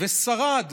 ושרד